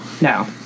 No